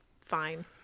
fine